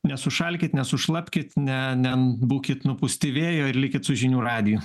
nesušalkit nesušlapkit ne ne būkit nupūsti vėjo ir likit su žinių radiju